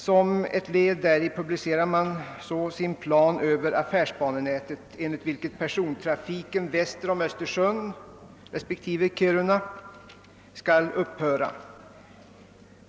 Som ett led däri publicerar man en plan över affärsbanenätet, enligt vilken persontrafiken väster om Östersund respektive Kiruna skall upphöra.